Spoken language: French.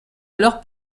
alors